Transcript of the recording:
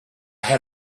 had